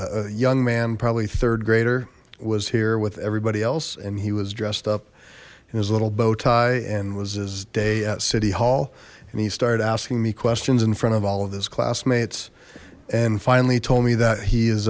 a young man probably third grader was here with everybody else and he was dressed up in his little bowtie and was his day at city hall and he started asking me questions in front of all of his classmates and finally told me that he is